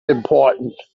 important